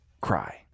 cry